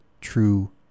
True